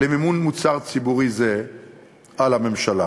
למימון מוצר ציבורי זה על הממשלה.